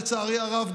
לצערי הרב,